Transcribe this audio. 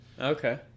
Okay